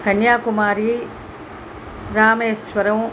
Kanyakumari Rameswaram